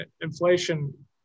inflation